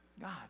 God